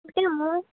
গোটেই মোক